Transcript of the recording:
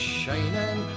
shining